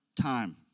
time